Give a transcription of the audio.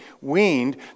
weaned